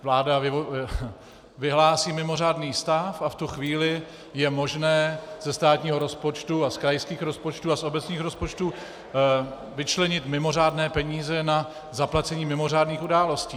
Vláda vyhlásí mimořádný stav a v tu chvíli je možné ze státního rozpočtu a z krajských rozpočtů a z obecních rozpočtů vyčlenit mimořádné peníze na zaplacení mimořádných událostí.